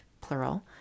plural